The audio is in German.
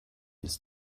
ist